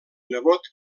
nebot